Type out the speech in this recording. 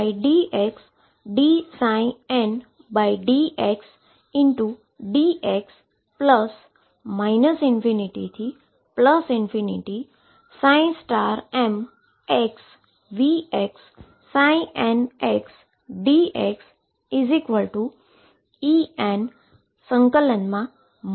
તેથી મારી પાસે 22m ∞dmdxdndxdx ∞mVxndxEn ∞mndx મળે છે